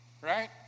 right